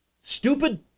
stupid